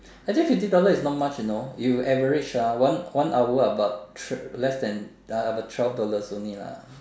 I think fifty dollar is not much you know you average ah one one hour about less than uh about twelve dollars only lah